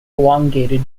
elongated